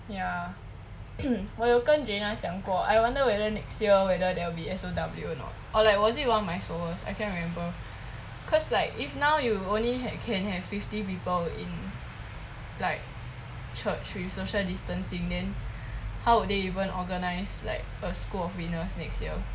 ya 我有跟 jana 讲过 I wonder whether next year whether there will be S_O_W or not or like was it one of my followers I can't remember cause like if now you only had can have fifty people in like church with social distancing then how would they even organize like a school of winners next year